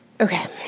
okay